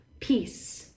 peace